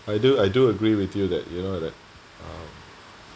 I do I do agree with you that you know that um